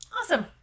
Awesome